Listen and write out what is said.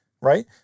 right